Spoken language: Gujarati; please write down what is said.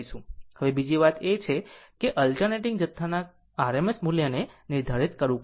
હવે બીજી વાત એ છે કે અલ્ટરનેટીગ જથ્થાના RMS મૂલ્યને નિર્ધારિત કરવું પડશે